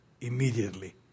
immediately